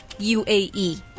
UAE